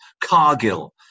Cargill